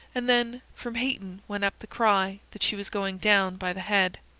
and then from hayton went up the cry that she was going down by the head.